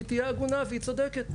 היא תהיה עגונה והיא צודקת.